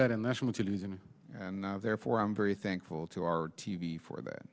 that and national television and therefore i'm very thankful to our t v for that